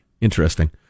Interesting